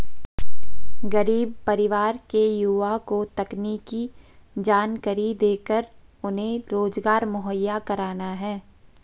गरीब परिवार के युवा को तकनीकी जानकरी देकर उन्हें रोजगार मुहैया कराना है